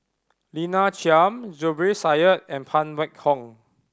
Lina Chiam Zubir Said and Phan Wait Hong